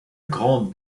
grande